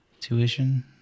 Tuition